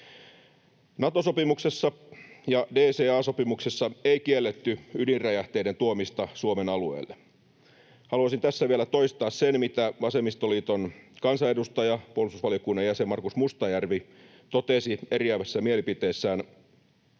Nato-sopimuksessa ja DCA-sopimuksessa ei kielletty ydinräjähteiden tuomista Suomen alueelle. Haluaisin tässä vielä toistaa sen, mitä vasemmistoliiton kansanedustaja, puolustusvaliokunnan jäsen Markus Mustajärvi totesi eriävässä mielipiteessään